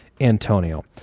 Antonio